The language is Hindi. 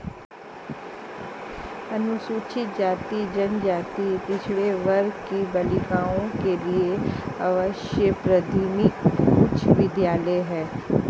अनुसूचित जाति जनजाति पिछड़े वर्ग की बालिकाओं के लिए आवासीय प्राथमिक उच्च विद्यालय है